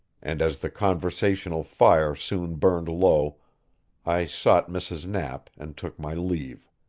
and as the conversational fire soon burned low i sought mrs. knapp and took my leave.